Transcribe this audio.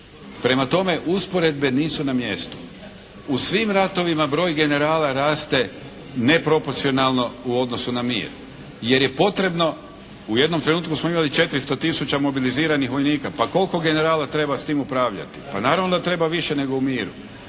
Prema tome usporedbe nisu na mjestu. U svim ratovima broj generala raste neproporcijalno u odnosu na mir jer je potrebno u jednom trenutku smo imali 400 tisuća mobiliziranih vojnika. Pa koliko generala treba s tim upravljati? Pa naravno da treba više nego u miru.